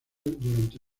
durante